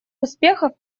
успехов